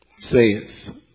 saith